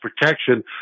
protection